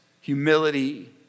humility